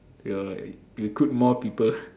you know like recruit more people